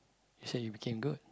you say you became good